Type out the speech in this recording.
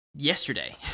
Yesterday